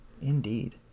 Indeed